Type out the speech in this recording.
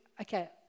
okay